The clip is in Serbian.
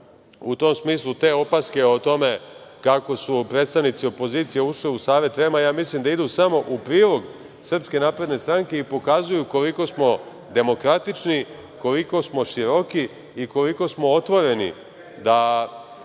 tom smislu te opaske o tome kako su predstavnici opozicije ušli u Savet REM-a, mislim da idu samo u prilog SNS i pokazuju koliko smo demokratični, koliko smo široki i koliko smo otvoreni da